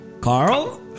Carl